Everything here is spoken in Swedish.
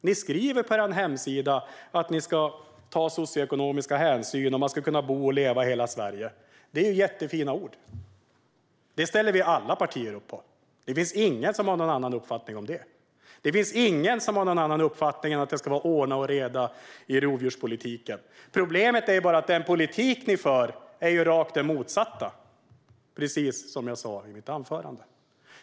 Ni skriver på er hemsida att ni ska ta socioekonomiska hänsyn och att man ska kunna bo och leva i hela Sverige. Det är fina ord som alla partier ställer upp på. Det finns ingen som har en annan uppfattning. Det finns ingen som har en annan uppfattning än att det ska vara ordning och reda i rovdjurspolitiken. Problemet är bara att den politik ni för är det rakt motsatta, precis som jag sa i mitt förra anförande.